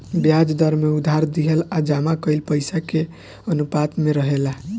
ब्याज दर में उधार दिहल आ जमा कईल पइसा के अनुपात में रहेला